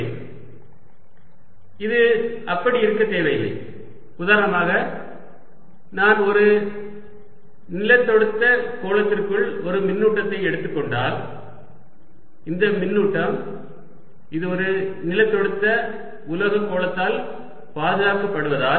Err0 and Er0 இது அப்படி இருக்க தேவையில்லை உதாரணமாக நான் ஒரு நிலத்தொடுத்த கோளத்திற்குள் ஒரு மின்னூட்டத்தை எடுத்துக் கொண்டால் இந்த மின்னூட்டம் இது ஒரு நிலத்தொடுத்த உலோக கோளத்தால் பாதுகாக்கப்படுவதால்